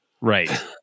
Right